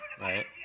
right